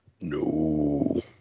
No